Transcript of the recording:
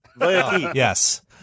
Yes